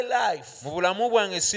life